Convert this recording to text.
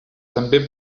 també